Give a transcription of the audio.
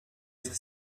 être